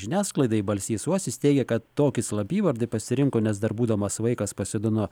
žiniasklaidai balsys uosis teigė kad tokį slapyvardį pasirinko nes dar būdamas vaikas pasodino